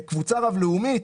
יש קבוצה רב לאומית,